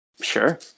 Sure